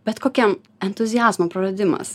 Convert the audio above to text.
bet kokiam entuziazmo praradimas